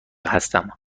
هستم